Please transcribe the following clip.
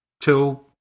till